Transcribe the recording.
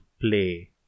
play